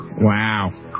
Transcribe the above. Wow